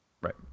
Right